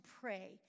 pray